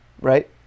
right